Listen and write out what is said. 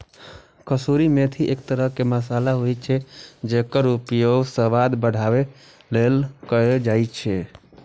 कसूरी मेथी एक तरह मसाला होइ छै, जेकर उपयोग स्वाद बढ़ाबै लेल कैल जाइ छै